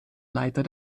leiter